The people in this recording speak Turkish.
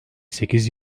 sekiz